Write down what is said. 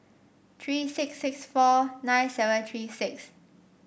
three six six four nine seven three six